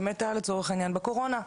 שמתה לצורך העניין בקורונה,